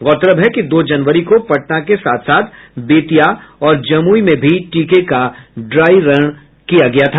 गौरतलब है कि दो जनवरी को पटना के साथ साथ बेतिया और जमुई में भी टीके का ड्राई रन हुआ था